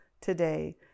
today